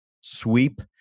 sweep